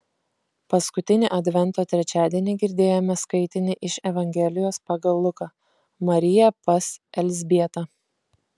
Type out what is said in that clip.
paskutinį advento trečiadienį girdėjome skaitinį iš evangelijos pagal luką marija pas elzbietą